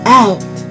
out